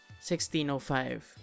1605